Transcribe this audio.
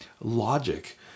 logic